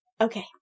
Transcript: Okay